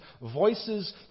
voices